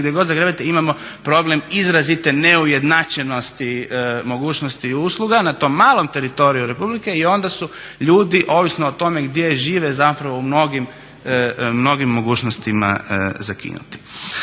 gdje god zagrebete imamo problem izrazite neujednačenosti mogućnosti usluga na tom malom teritoriju Republike i onda su ljudi ovisno o tome gdje žive zapravo u mnogim mogućnostima zakinuti.